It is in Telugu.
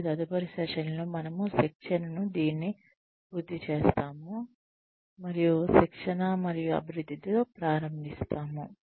మరియు తదుపరి సెషన్లో మనము శిక్షణను దీన్ని పూర్తి చేస్తాము మరియు శిక్షణ మరియు అభివృద్ధితో ప్రారంభిస్తాము